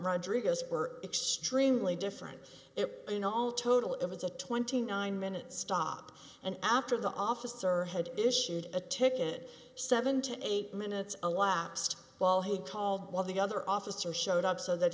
rodriguez were extremely different it in all total it was a twenty nine minute stop and after the officer had issued a ticket seven to eight minutes elapsed while he called while the other officer showed up so that